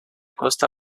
costa